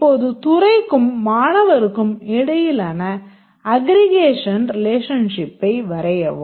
இப்போது துறைக்கும் மாணவருக்கும் இடையிலான அக்ரிகேஷன் ரிலேஷன்ஷிப்பை வரையவும்